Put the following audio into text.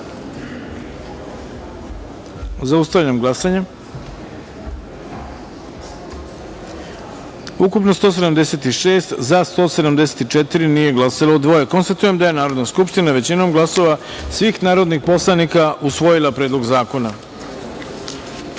taster. Zaustavljam glasanje: ukupno – 176, za - 174, nije glasalo – dvoje. Konstatujem da je Narodna skupština većinom glasova svih narodnih poslanika usvojila Predlog